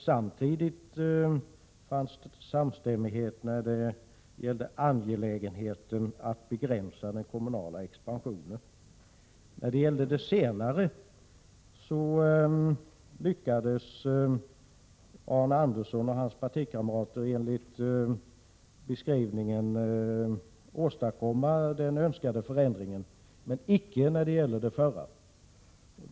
Samtidigt rådde det samstämmiga uppfattningar om angelägenheten av att begränsa den kommunala expansionen, sade han. I det senare fallet lyckades Arne Andersson i Gamleby och hans partikamrater enligt beskrivningen åstadkomma den önskade förändringen, men det gjorde de inte i det förra fallet.